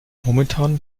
momentan